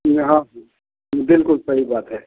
बिल्कुल सही बात है